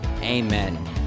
Amen